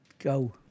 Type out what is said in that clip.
go